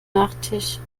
nachtisch